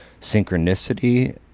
Synchronicity